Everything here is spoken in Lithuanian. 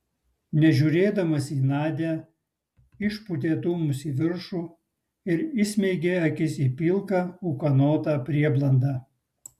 nežiūrėdamas į nadią išpūtė dūmus į viršų ir įsmeigė akis į pilką ūkanotą prieblandą